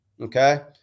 okay